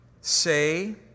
say